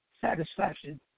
satisfaction